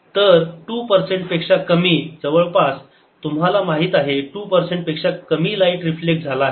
832 ≅1270 तर 2 पर्सेंट पेक्षा कमी जवळपास तुम्हाला माहित आहे 2 पर्सेंट पेक्षा कमी लाईट रिफ्लेक्ट झाला आहे